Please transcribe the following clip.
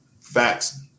Facts